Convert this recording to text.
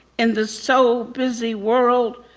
in the so-busy world.